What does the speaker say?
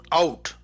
out